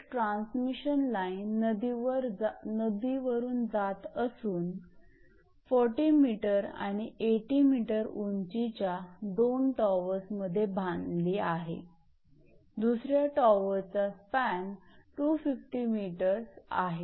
एक transmission line नदीवरून जास्त असून 40 𝑚 आणि 80 𝑚 उंचीच्या दोन टॉवर्समध्ये बांधली आहे दुसऱ्या टॉवरचा स्पॅन 250 𝑚 आहे